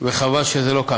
וחבל שזה לא כך.